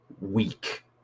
weak